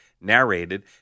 narrated